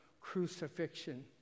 crucifixion